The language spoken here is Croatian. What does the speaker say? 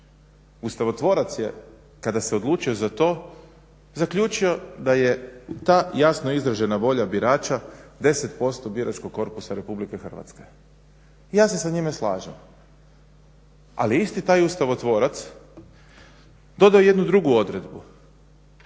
Ustavotvorac je, kada se odlučio za to zaključio da je ta jasno izražena volja birača 10% biračkog korpusa RH. I ja se sa njime slažem, ali isti taj ustavotvorac dodao je i jednu drugu odredu,